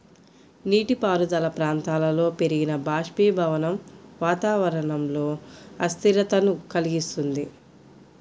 నీటిపారుదల ప్రాంతాలలో పెరిగిన బాష్పీభవనం వాతావరణంలో అస్థిరతను కలిగిస్తుంది